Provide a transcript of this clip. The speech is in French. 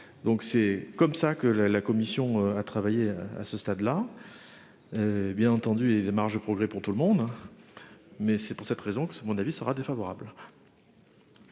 Donc c'est comme ça que la, la commission a travaillé à ce stade là. Bien entendu et des marges de progrès pour tout le monde. Mais c'est pour cette raison que c'est à mon avis sera défavorable.